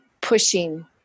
pushing